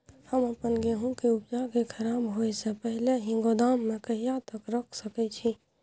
हम अपन गेहूं के उपजा के खराब होय से पहिले ही गोदाम में कहिया तक रख सके छी?